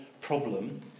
problem